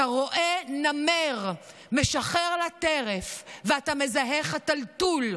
אתה רואה נמר משחר לטרף ואתה מזהה חתלתול,